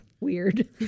Weird